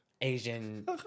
Asian